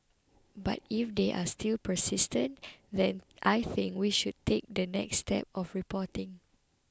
but if they are still persistent then I think we should take the next step of reporting